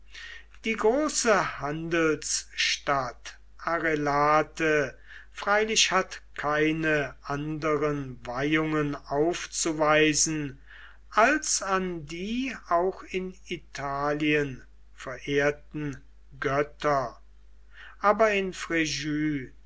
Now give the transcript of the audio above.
die große handelsstadt arelate freilich hat keine anderen weihungen aufzuweisen als an die auch in italien verehrten götter aber in